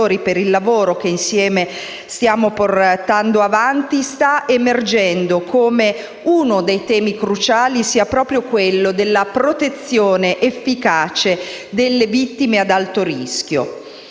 per il lavoro che insieme stiamo portando avanti - sta emergendo come uno dei temi cruciali sia proprio quello della protezione efficace delle vittime ad alto rischio.